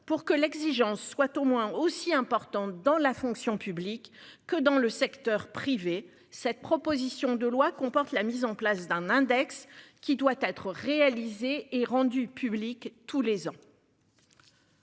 pour que l'exigence soit au moins aussi important dans la fonction publique que dans le secteur privé. Cette proposition de loi comporte la mise en place d'un index qui doit être réalisée et rendue publique, tous les ans.